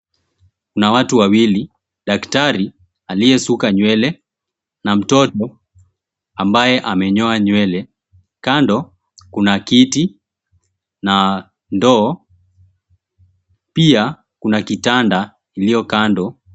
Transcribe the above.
Kuna watu wawili, daktari aliyesuka nywele na mtoto ambaye amenyoa nywele, kando kuna kiti na ndoo. Pia kuna kitanda iliyo kando.